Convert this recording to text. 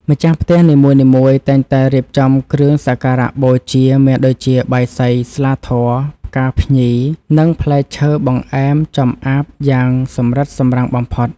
ម្ចាស់ផ្ទះនីមួយៗតែងតែរៀបចំគ្រឿងសក្ការបូជាមានដូចជាបាយសី ស្លាធម៌ ផ្កាភ្ញី និងផ្លែឈើបង្អែមចម្អាតយ៉ាងសម្រិតសម្រាំងបំផុត។